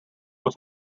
was